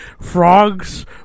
frogs